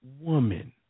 woman